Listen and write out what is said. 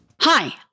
Hi